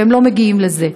והם לא מגיעים לזה.